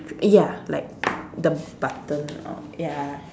ya like the button or ya